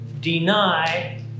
deny